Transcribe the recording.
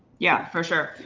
yeah, for sure.